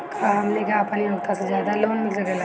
का हमनी के आपन योग्यता से ज्यादा लोन मिल सकेला?